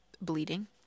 bleeding